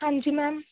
ਹਾਂਜੀ ਮੈਮ